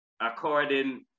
according